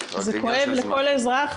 זה כואב לכל אזרח,